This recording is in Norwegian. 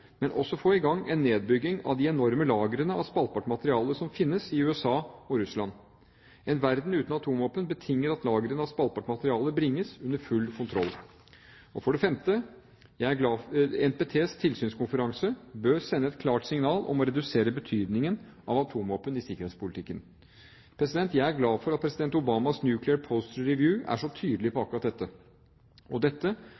men også få i gang en nedbygging av de enorme lagrene av spaltbart materiale som finnes i USA og Russland. En verden uten atomvåpen betinger at lagrene av spaltbart materiale bringes under full kontroll. For det femte: NPTs tilsynskonferanse bør sende et klart signal om å redusere betydningen av atomvåpen i sikkerhetspolitikken. Jeg er glad for at president Obamas «Nuclear Posture Review» er så tydelig på akkurat dette.